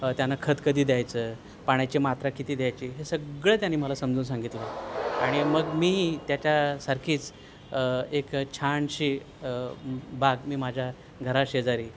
त्यांना खत कदी द्यायचं पाण्याची मात्रा किती द्यायची हे सगळं त्यानी मला समजवून सांगित आणि मग मी त्याच्यासारखीच एक छानशी बाग मी माझ्या घरा शेजारी